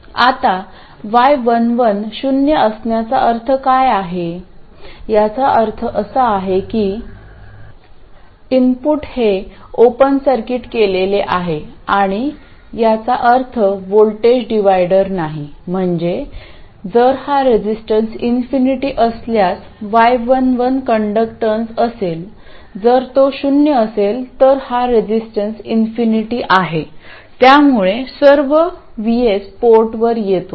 आता y11 शून्य असण्याचा अर्थ काय आहे याचा अर्थ असा आहे की इनपुट हे ओपन सर्किट केलेले आहे आणि याचा अर्थ व्होल्टेज डिव्हायडर नाही म्हणजे जर हा रजिस्टन्स इन्फिनिटी असल्यास y11 कंडक्टन्स असेल जर तो शून्य असेल तर हा रजिस्टन्स इन्फिनिटी आहे त्यामुळे सर्व VS पोर्टवर येतो